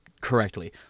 correctly